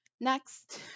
Next